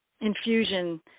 infusion